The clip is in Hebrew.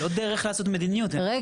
זו לא דרך לעשות מדיניות, אני מצטער.